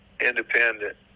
independent